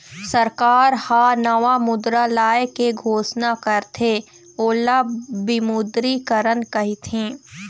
सरकार ह नवा मुद्रा लाए के घोसना करथे ओला विमुद्रीकरन कहिथें